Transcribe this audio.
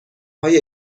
های